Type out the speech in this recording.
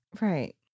Right